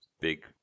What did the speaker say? big